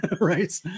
Right